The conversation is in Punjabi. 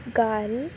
ਗੱਲ